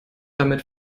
damit